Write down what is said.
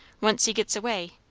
once he gets away,